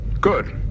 Good